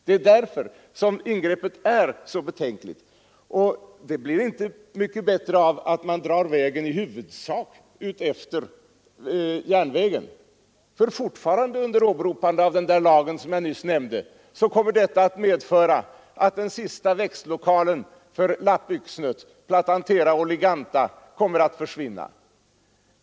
Det är därför som ingreppet är så betänkligt. Och det blir inte mycket bättre av att man drar vägen i huvudsak utefter järnvägen. Jag kan nämligen upplysa om — fortfarande under åberopande av lagen som jag nyss nämnde — att detta kommer att medföra att den sista växtlokalen för lappyxnet, Platanthera oligantha, försvinner.